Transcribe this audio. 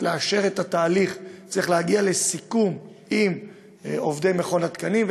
לאשר את התהליך צריך להגיע לסיכום עם עובדי מכון התקנים.